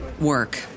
work